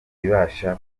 ibasha